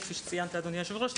כפי שציינת אדוני היושב-ראש,